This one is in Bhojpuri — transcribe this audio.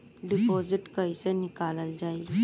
डिपोजिट कैसे निकालल जाइ?